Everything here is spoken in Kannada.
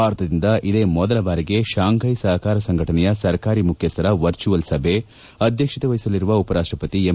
ಭಾರತದಿಂದ ಇದೇ ಮೊದಲ ಬಾರಿಗೆ ಶಾಂಘೈ ಸಹಕಾರ ಸಂಘಟನೆಯ ಸರ್ಕಾರಿ ಮುಖ್ಯಸ್ಥರ ವರ್ಚುವಲ್ ಸಭೆ ಅಧ್ಯಕ್ಷತೆ ವಹಿಸಲಿರುವ ಉಪರಾಷ್ಟ್ರಪತಿ ಎಂ